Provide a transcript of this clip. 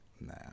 Nah